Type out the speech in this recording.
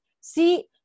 See